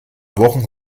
wochen